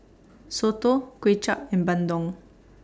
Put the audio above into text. Soto Kway Chap and Bandung